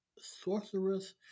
sorceress